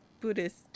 Buddhist